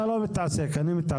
אתה לא מתעסק, אני מתעסק.